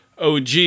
OG